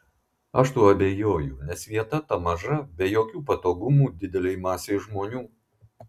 aš tuo abejoju nes vieta ta maža be jokių patogumų didelei masei žmonių